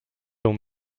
una